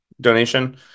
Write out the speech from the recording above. donation